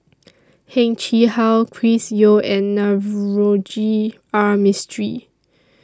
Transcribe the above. Heng Chee How Chris Yeo and Navroji R Mistri